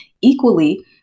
equally